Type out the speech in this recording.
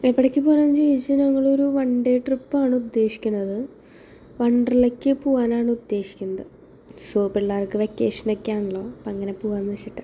എവിടെക്ക് പോവാനാണ് എന്ന് ചോദിച്ചാൽ ഞങ്ങളൊരു വൺ ഡേ ട്രിപ്പാണ് ഉദ്ദേശിക്കണത് വൺഡ്രല്ലക്ക് പോവാനാണ് ഉദ്ദേശിക്കുന്നത് സോ പിള്ളേർക്ക് വെക്കേഷനക്കെ ആണല്ലോ അപ്പം അങ്ങനെ പൂവാന്ന് വെച്ചിട്ട്